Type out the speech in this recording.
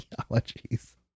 ideologies